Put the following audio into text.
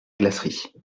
glacerie